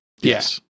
Yes